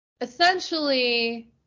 essentially